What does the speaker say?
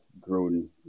grown